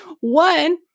One